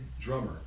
drummer